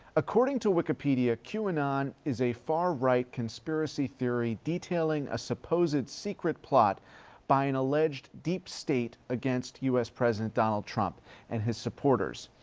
according to wikipedia, qanon is a far right conspiracy theory detailing a supposed secret plot by an alleged deep-state against u s. president donald trump and his supporters.